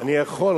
אני יכול,